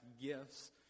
gifts